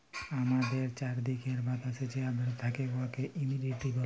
আমাদের চাইরদিকের বাতাসে যে আদ্রতা থ্যাকে উয়াকে হুমিডিটি ব্যলে